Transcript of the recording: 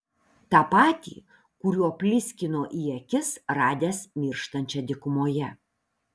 tą patį kuriuo pliskino į akis radęs mirštančią dykumoje